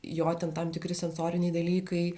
jo ten tam tikri sensoriniai dalykai